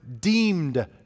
deemed